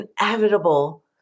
inevitable